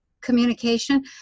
communication